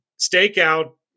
stakeout